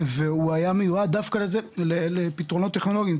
והוא היה מיועד דווקא לזה, לפתרונות טכנולוגיים.